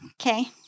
Okay